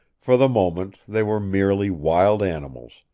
for the moment they were merely wild animals,